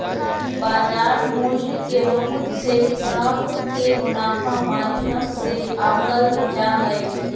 बाजार मूल्य के बहुत से हिसाब के मुनाफा माध्यम से आंकल जा हय